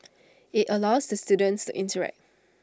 IT allows the students to interact